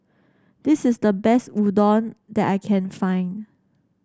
this is the best Udon that I can find